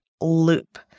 loop